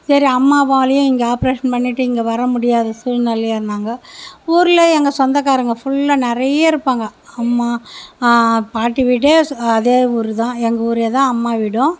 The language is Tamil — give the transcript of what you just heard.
சரி அம்மாவாலையும் இங்கே ஆப்ரேஷன் பண்ணிட்டு இங்கே வர முடியாத சூழ்நெலையாக இருந்தாங்க ஊரில் எங்கள் சொந்தகாரங்க ஃபுல்லாக நிறைய இருப்பாங்க அம்மா பாட்டி வீடே அதே ஊரு தான் எங்கள் ஊரே தான் அம்மா வீடும்